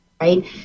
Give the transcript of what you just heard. Right